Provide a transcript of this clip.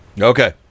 Okay